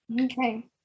Okay